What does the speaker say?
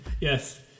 yes